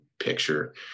picture